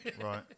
right